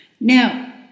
Now